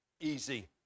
Easy